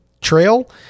trail